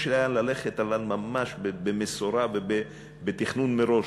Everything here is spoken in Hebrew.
יש לאן ללכת, אבל ממש במשורה, בתכנון מראש.